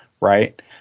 Right